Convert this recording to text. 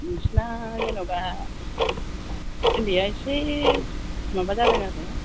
नोंसिना जेनेबा उन्दैया एसे माबा जादों आरो